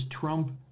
Trump